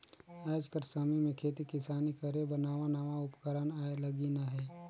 आएज कर समे में खेती किसानी करे बर नावा नावा उपकरन आए लगिन अहें